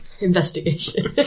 Investigation